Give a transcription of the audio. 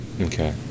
okay